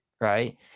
right